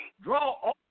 draw